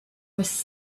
was